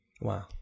Wow